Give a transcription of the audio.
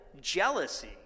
jealousy